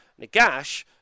Nagash